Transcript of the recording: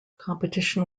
competition